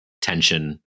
tension